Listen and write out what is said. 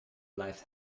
blijft